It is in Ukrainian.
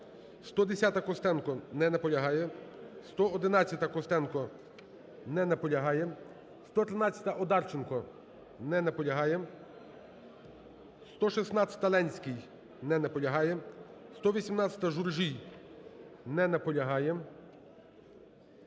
110-а, Костенко. Не наполягає. 111-а, Костенко. Не наполягає. 113-а, Одарченко. Не наполягає. 116-а, Ленський. Не наполягає. 118-а, Журжій. Не наполягає.